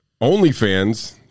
OnlyFans